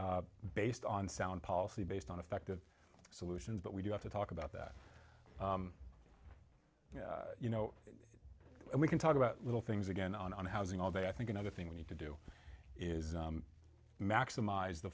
based on sound policy based on effective solutions but we do have to talk about that you know we can talk about little things again on housing although i think another thing we need to do is maximize the